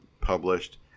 published